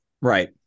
Right